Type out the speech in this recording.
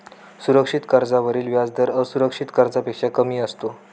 सुरक्षित कर्जावरील व्याजदर असुरक्षित कर्जापेक्षा कमी असतो